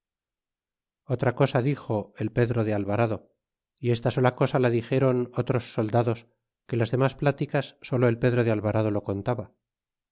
otra cosa dixo el pedro de alvarado y esta sola cosa la dixéron otros soldados que las demas pláticas solo el pedro de alvarado lo contaba